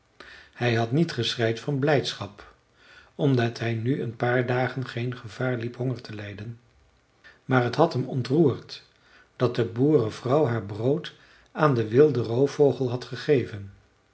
hij had niet geschreid van blijdschap omdat hij nu een paar dagen geen gevaar liep honger te lijden maar t had hem ontroerd dat de boerenvrouw haar brood aan den wilden roofvogel had gegeven